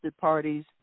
parties